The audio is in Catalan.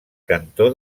cantó